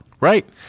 Right